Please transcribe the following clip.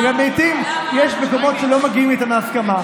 למה, לעיתים יש מקומות שלא מגיעים בהם להסכמה.